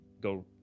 go